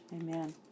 Amen